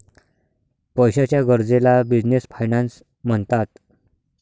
पैशाच्या गरजेला business finance म्हणतात